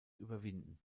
überwinden